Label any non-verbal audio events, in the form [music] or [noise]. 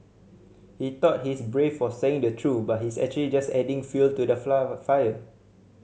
he thought he's brave for saying the truth but he's actually just adding fuel to the [unintelligible] fire